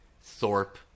Thorpe